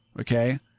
Okay